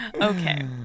Okay